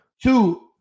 Two